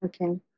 Okay